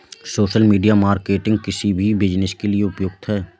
social media marketing किसी भी business के लिए उपयुक्त है